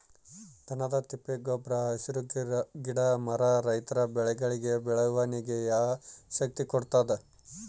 ದನದ ತಿಪ್ಪೆ ಗೊಬ್ರ ಹಸಿರು ಗಿಡ ಮರ ರೈತರ ಬೆಳೆಗಳಿಗೆ ಬೆಳವಣಿಗೆಯ ಶಕ್ತಿ ಕೊಡ್ತಾದ